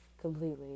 completely